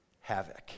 havoc